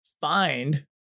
find